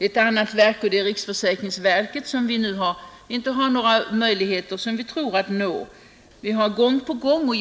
Ett annat verk som vi inte har några möjligheter att nå är riksförsäkringsverket.